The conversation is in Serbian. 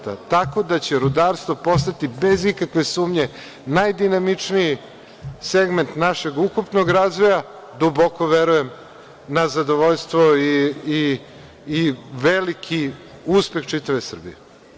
Tako da će rudarstvo postati bez ikakve sumnje najdinamičniji segment našeg ukupnog razvoja, duboko verujem na zadovoljstvo i veliki uspeh čitave Srbije.